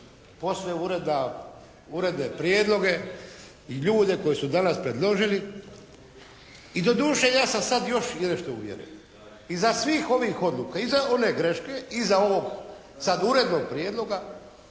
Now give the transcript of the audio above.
posve uredne prijedloge i ljude koje su danas predložili. I doduše ja sam sada i u još nešto uvjeren. Iza svih ovih odluka i za one greške i iza ovog sad urednog prijedloga